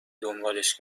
دنبالش